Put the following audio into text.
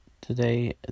Today